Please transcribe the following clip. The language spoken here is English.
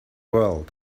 world